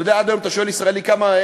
אתה יודע, עד היום אתה שואל ישראלי, כמה?